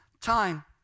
time